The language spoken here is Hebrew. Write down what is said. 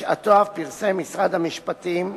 בשעתו אף פרסם משרד המשפטים,